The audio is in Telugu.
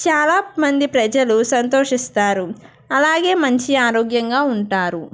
చాలా మంది ప్రజలు సంతోషిస్తారు అలాగే మంచి ఆరోగ్యంగా ఉంటారు